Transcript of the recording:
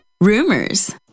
Rumors